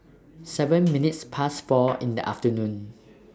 seven minutes Past four in The afternoon